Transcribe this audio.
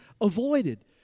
avoided